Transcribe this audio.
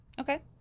Okay